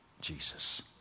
Jesus